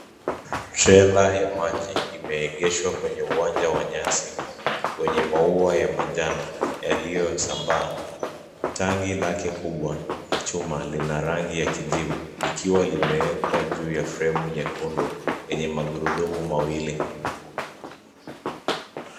Trela ya maji, imeegeshwa kwenye uwanja wa nyasi, wenye maua ya manjano, yaliyosambaa. Tangi lake kubwa, la chuma, lina rangi ya kijivu, likiwa limewekwa juu ya fremu nyekundu, yenye magurudumu mawili.